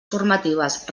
formatives